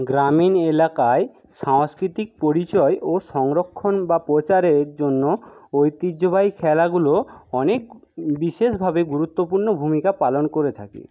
গ্রামীণ এলাকায় সাংস্কৃতিক পরিচয় ও সংরক্ষণ বা প্রচারের জন্য ঐতিহ্যবাহী খেলাগুলো অনেক বিশেষভাবে গুরুত্বপূর্ণ ভূমিকা পালন করে থাকে